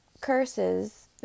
curses